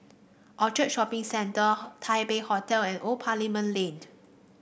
Orchard Shopping Center Taipei Hotel and Old Parliament Lane